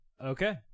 Okay